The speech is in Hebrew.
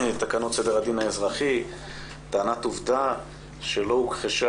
שבתקנות סדר הדין האזרחי טענת עובדה שלא הוכחשה